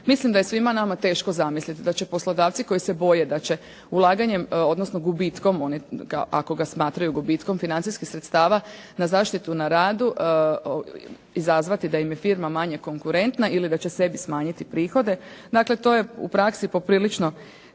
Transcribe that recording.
Mislim da je svima nama teško zamisliti da će poslodavci koji se boje da će ulaganjem, odnosno gubitkom, ako ga smatraju gubitkom financijskih sredstava na zaštitu na radu izazvati da im je firma manje konkurentna ili da će sebi smanjiti prihode. Dakle, to je u praksi poprilično